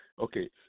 okay